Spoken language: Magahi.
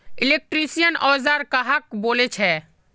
इलेक्ट्रीशियन औजार कहाक बोले छे?